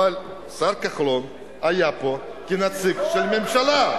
אבל השר כחלון היה פה כנציג של הממשלה.